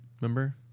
Remember